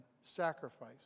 sacrifice